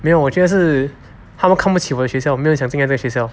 没有我觉得是他们看不起我的学校没有人想进那间学校